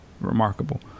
Remarkable